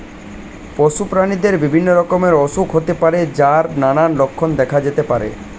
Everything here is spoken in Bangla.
পশু প্রাণীদের বিভিন্ন রকমের অসুখ হতে পারে যার নানান লক্ষণ দেখা যেতে পারে